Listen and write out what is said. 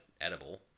edible